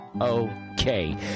okay